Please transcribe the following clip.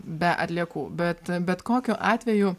be atliekų bet bet kokiu atveju